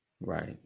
right